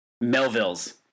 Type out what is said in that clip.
Melville's